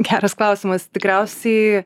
geras klausimas tikriausiai